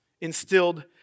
instilled